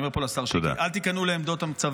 אני אומר פה לשר שיקלי: אל תיכנעו לעמדות הצבא,